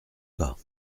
pas